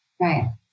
Right